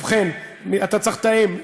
אתה צריך לתאם.